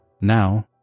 Now